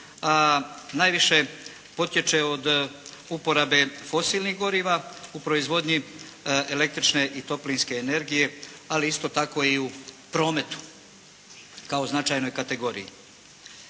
najviše potječe od uporabe fosilnih goriva u proizvodnju električne i toplinske energije, ali isto tako i u prometu kao značajnoj kategoriji.